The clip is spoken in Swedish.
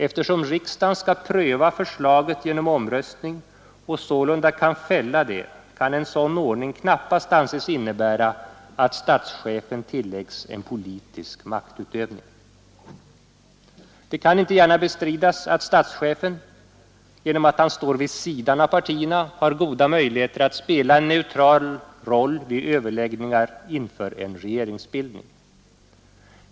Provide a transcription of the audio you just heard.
Eftersom riksdagen skall pröva förslaget genom omröstning och sålunda kan fälla det kan en sådan ordning knappast anses innebära att statschefen tillägges en politisk maktutövning. Det kan inte gärna bestridas att statschefen såsom stående vid sidan av partierna har goda möjligheter att spela en neutral roll vid överläggningar inför en regeringsbildning.